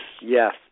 Yes